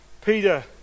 Peter